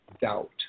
doubt